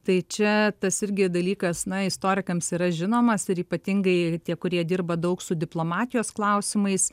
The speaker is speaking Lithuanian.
tai čia tas irgi dalykas na istorikams yra žinomas ir ypatingai tie kurie dirba daug su diplomatijos klausimais